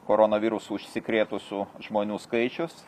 koronavirusu užsikrėtusių žmonių skaičius